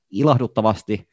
ilahduttavasti